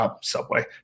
Subway